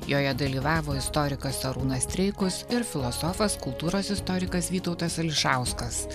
joje dalyvavo istorikas arūnas streikus ir filosofas kultūros istorikas vytautas ališauskas